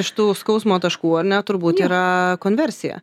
iš tų skausmo taškų ar ne turbūt yra konversija